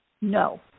no